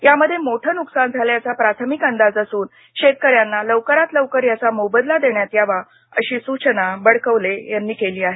यामध्ये मोठं नुकसान झाल्याचा प्राथमिक अंदाज असून शेतकऱ्यांना लवकरात लवकर याचा मोबदला देण्यात यावा अशी सूचना बलकवडे यांनी दिली आहे